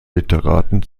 literaten